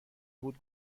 بود